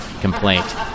complaint